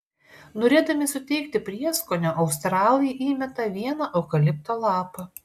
norėdami suteikti prieskonio australai įmeta vieną eukalipto lapą